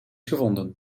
gevonden